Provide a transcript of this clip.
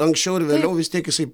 anksčiau ar vėliau vis tiek jisai